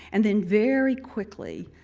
and then very quickly,